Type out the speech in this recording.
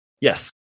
Yes